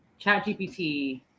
ChatGPT